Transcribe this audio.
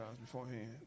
beforehand